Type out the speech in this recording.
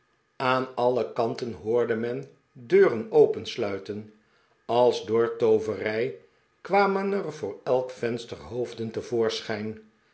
aan alle kanten hoorde men deuren opensluiten als door tooverij kwamen voor elk venster hoof